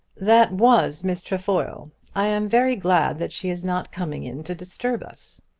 that was miss trefoil. i am very glad that she is not coming in to disturb us.